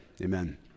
Amen